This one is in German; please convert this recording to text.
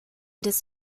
des